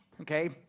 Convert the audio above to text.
okay